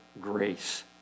grace